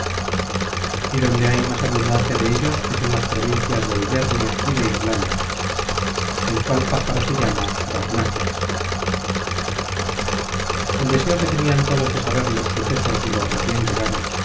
y donde hay más abundancia dellos es en las provincias de ibernia y de irlanda el cual pájaro se llama barnaclas el deseo que tenian todos de saber los sucesos de los recien llegados les